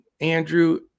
Andrew